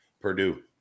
Purdue